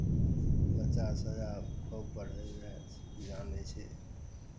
बच्चासभ आब खूब पढ़ैए जानै छी